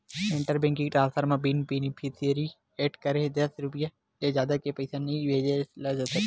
inter banking transfer म बिन beneficiary add करे दस रूपिया ले जादा के पइसा नइ भेजे जा सकय